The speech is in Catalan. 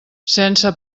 sense